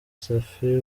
safi